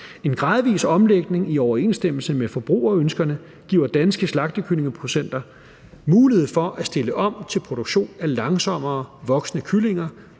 En gradvis omlægning i overensstemmelse med forbrugerønskerne giver danske slagtekyllingeproducenter mulighed for at stille om til produktion af langsommerevoksende kyllinger